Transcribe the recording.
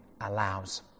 allows